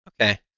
Okay